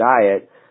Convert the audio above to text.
diet